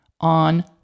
on